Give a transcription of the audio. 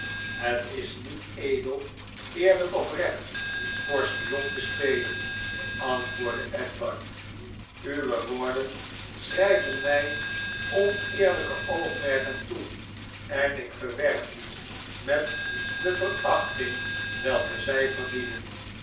het is niet edel eerlijk of recht voor spion te spelen antwoordde edward uwe woorden schrijven mij oneerlijke oogmerken toe en ik verwerp die met de verachting welke zij verdienen